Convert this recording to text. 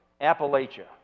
Appalachia